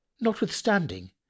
Notwithstanding